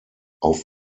auf